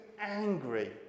angry